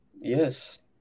yes